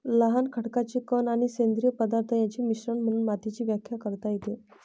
लहान खडकाचे कण आणि सेंद्रिय पदार्थ यांचे मिश्रण म्हणून मातीची व्याख्या करता येते